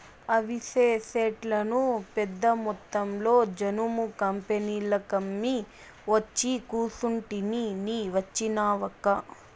అవిసె సెట్లను పెద్దమొత్తంలో జనుము కంపెనీలకమ్మి ఒచ్చి కూసుంటిని నీ వచ్చినావక్కా